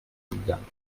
gegangen